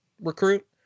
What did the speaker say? recruit